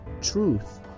Truth